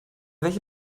welche